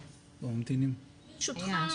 ברשותך,